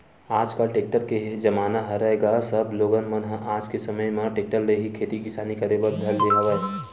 आजकल टेक्टर के जमाना हरय गा सब लोगन मन ह आज के समे म टेक्टर ले ही खेती किसानी करे बर धर ले हवय